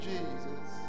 Jesus